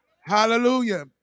Hallelujah